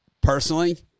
personally